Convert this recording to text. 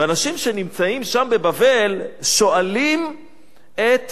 ואנשים שנמצאם שם בבבל שואלים את